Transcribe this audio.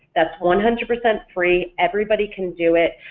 that's one hundred percent free, everybody can do it,